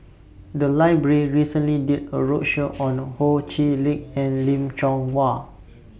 The Library recently did A roadshow on Ho Chee Lick and Lim Chong